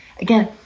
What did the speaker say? Again